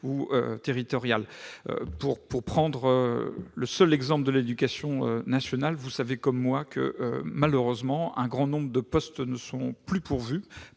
territoriale. Pour prendre le seul exemple de l'éducation nationale, vous savez comme moi que, malheureusement, un grand nombre de postes ne sont plus pourvus